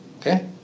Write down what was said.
Okay